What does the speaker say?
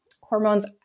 hormones